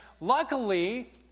luckily